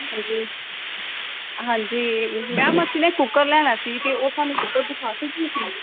ਹਾਂਜੀ ਹਾਂਜੀ ਮੈਮ ਅਸੀਂ ਨਾ ਕੂਕਰ ਲੈਣਾ ਸੀ ਅਤੇ ਉਹ ਸਾਨੂੰ ਦਿਖਾ ਸਕਦੇ ਤੁਸੀਂ